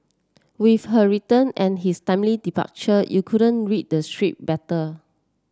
with her return and his timely departure you couldn't read the better